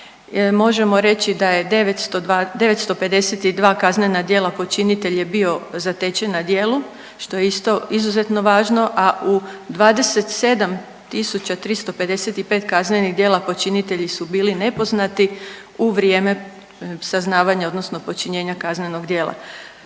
Možemo reći da je 952 kaznena djela počinitelj je bio zatečen na djelu što je isto izuzetno važno, a u 27355 kaznenih djela počinitelji su bili nepoznati u vrijeme saznavanja, odnosno počinjenja kaznenog djela.